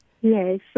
Yes